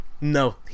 no